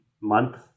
month